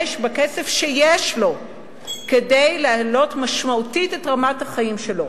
בכסף שיש לו כדי להעלות משמעותית את רמת החיים שלו.